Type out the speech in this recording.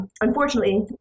Unfortunately